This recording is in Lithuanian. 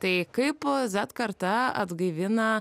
tai kaip zet karta atgaivina